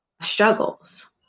struggles